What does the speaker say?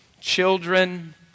Children